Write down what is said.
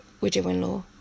widow-in-law